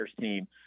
team